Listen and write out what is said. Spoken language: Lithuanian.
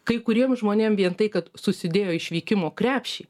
kai kuriem žmonėm vien tai kad susidėjo išvykimo krepšį